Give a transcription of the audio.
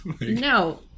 No